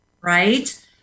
right